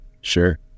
sure